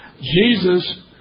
Jesus